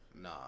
Nah